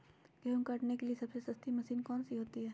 गेंहू काटने के लिए सबसे सस्ती मशीन कौन सी होती है?